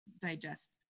digest